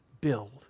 build